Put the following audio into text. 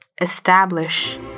Establish